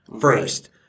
first